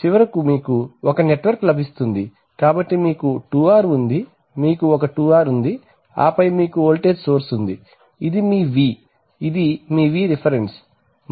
చివరకు మీకు ఒక నెట్వర్క్ లభిస్తుంది కాబట్టి మీకు 2R ఉంది మీకు ఒక 2R ఉంది ఆపై మీకు వోల్టేజ్ సోర్స్ ఉంది ఇది మీ V ఇది మీ Vref